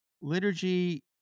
liturgy